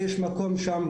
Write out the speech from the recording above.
אז יש מגמה של שיפור בשירות,